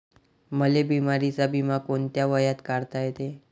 मले बिमारीचा बिमा कोंत्या वयात काढता येते?